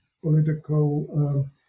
political